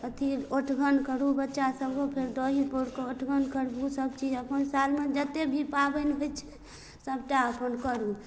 अथी औठन करू बच्चा सबके फेर दही पौरकऽ औठन करबू सबचीज अपन सालमे जते भी पाबनि होइ छै सबटा अपन करू